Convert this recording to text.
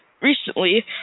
recently